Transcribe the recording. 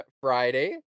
Friday